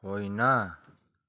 होइन